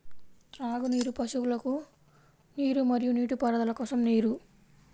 త్రాగునీరు, పశువులకు నీరు మరియు నీటిపారుదల కోసం నీరు